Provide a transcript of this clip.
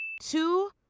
Two